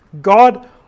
God